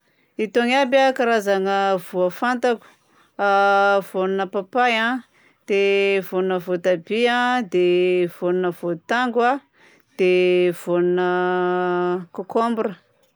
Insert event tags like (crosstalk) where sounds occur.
Itony aby a karazagna voa fantako: (hesitation) vônina papay a, dia vônina voatabia, dia vônina voatango a, dia vônina kôkômbra.